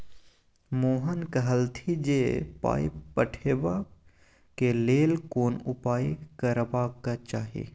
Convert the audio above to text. मोहन कहलथि जे पाय पठेबाक लेल कोन उपाय करबाक चाही